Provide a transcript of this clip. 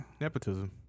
nepotism